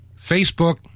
Facebook